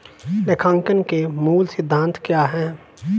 लेखांकन के मूल सिद्धांत क्या हैं?